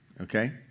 okay